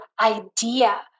idea